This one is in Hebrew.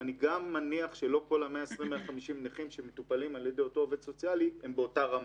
אני מניח שלא כל הנכים שמטופלים על ידי אותו עובד סוציאלי הם באותה רמה.